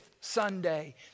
Sunday